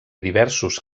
diversos